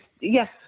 Yes